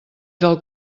del